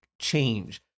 change